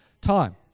time